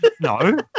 No